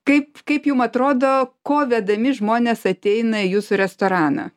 kaip kaip jum atrodo ko vedami žmonės ateina į jūsų restoraną